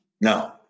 No